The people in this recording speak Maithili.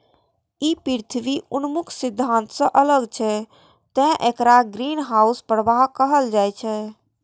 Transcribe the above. ई पृथ्वी उन्मुख सिद्धांत सं अलग छै, तें एकरा ग्रीनहाउस प्रभाव कहल जाइ छै